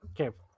Okay